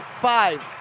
five